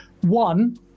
one